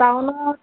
টাউনত